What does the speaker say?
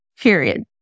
period